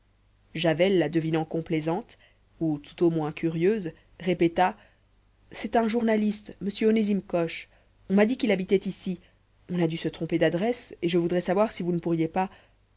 javel la devinant complaisante ou tout au moins curieuse répéta c'est un journaliste m onésime coche on m'a dit qu'il habitait ici on a dû se tromper d'adresse et je voudrais savoir si vous ne pourriez pas